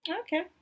Okay